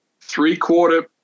three-quarter